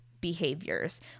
behaviors